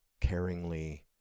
caringly